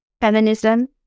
feminism